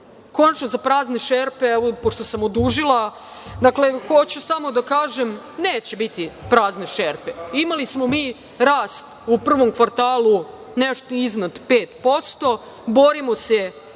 reda. Konačno, za prazne šerpe, pošto sam odužila, hoću samo da kažem da neće biti prazne šerpe. Imali smo mi rast u prvom kvartalu nešto iznad 5%. Borimo se